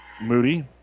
Moody